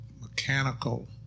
mechanical